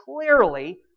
clearly